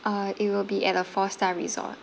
uh it will be at a four star resort